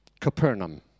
Capernaum